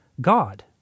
God